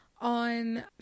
on